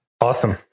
Awesome